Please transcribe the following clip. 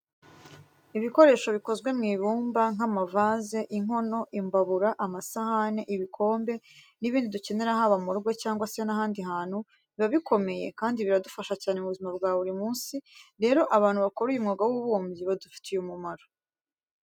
Ibikoresho bikozwe mu ibumba nk'amavaze, inkono, imbabura, amasahani, ibikombe n'ibindi dukenera haba mu rugo cyangwa se n'ahandi hantu, biba bikomeye kandi biradufasha cyane mu buzima bwa buri munsi. Rero, abantu bakora uyu mwuga w'ububumbyi badufitiye umumaro.